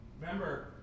Remember